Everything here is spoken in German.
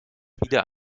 wieder